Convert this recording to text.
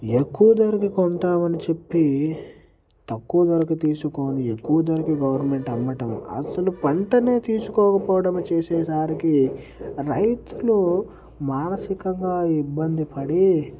ఎక్కువ ధరకి కొంటామని చెప్పి తక్కువ ధరకు తీసుకొని ఎక్కువ ధరకి గవర్నమెంట్ అమ్మటం అసలు పంటనే తీసుకోకపోవడం చేసేసరికి రైతులు మానసికంగా ఇబ్బంది పడి